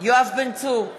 יואב בן צור,